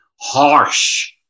Harsh